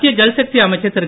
மத்திய ஜல்சக்தி அமைச்சர் திரு